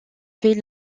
fait